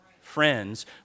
Friends